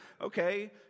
okay